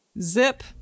zip